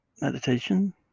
meditation